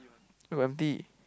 where got empty